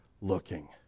looking